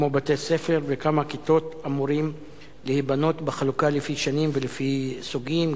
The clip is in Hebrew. כמה בתי-ספר וכמה כיתות אמורים להיבנות בחלוקה לפי שנים ולפי סוגים,